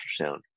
ultrasound